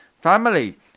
family